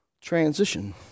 Transition